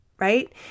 Right